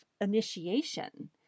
initiation